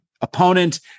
opponent